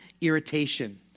irritation